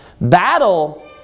Battle